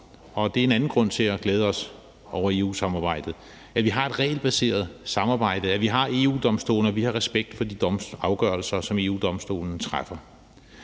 det er en anden grund til, at vi glæder os over EU-samarbejdet – at vi har et regelbaseret samarbejde, at vi har EU-Domstolen, og at vi har respekt for de afgørelser, som EU-Domstolen træffer.